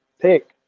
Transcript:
pick